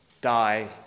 die